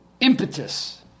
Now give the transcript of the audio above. impetus